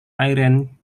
irene